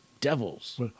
devils